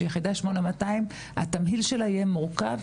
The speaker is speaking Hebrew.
שהתמהיל של יחידת 8200 יהיה מורכב.